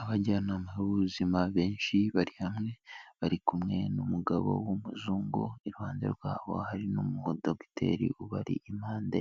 Abajyanama b'ubuzima benshi bari hamwe bari kumwe n'umugabo w'umuzungu, iruhande rwabo hari n'umudogiteri ubari impande,